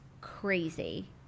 crazy